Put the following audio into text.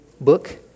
book